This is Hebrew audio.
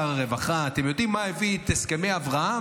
שר הרווחה: אתם יודעים מה הביא את הסכמי אברהם?